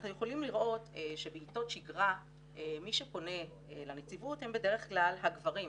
אנחנו יכולים לראות שבעיתות שגרה מי שפונה לנציבות הם בדרך כלל הגברים,